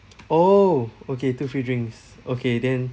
oh okay two free drinks okay then